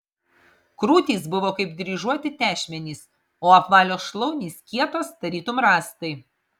krūtys buvo kaip dryžuoti tešmenys o apvalios šlaunys kietos tarytum rąstai